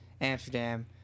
Amsterdam